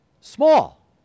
small